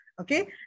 okay